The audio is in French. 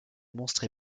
monstre